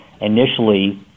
initially